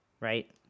right